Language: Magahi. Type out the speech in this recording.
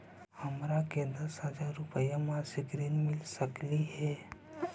हमरा के दस हजार रुपया के मासिक ऋण मिल सकली हे?